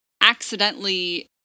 accidentally